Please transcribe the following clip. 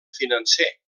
financer